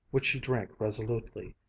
which she drank resolutely,